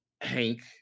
Hank